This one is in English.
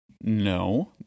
no